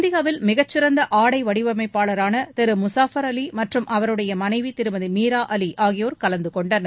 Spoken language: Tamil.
இந்தியாவில் மிகச் சிறந்த ஆடை வடிவமைப்பாளரான திரு முஸாஃபர் அலி மற்றும் அவருடைய மனைவி திருமதி மீரா அலி ஆகியோர் கலந்தகொண்டனர்